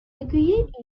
aggregate